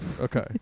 okay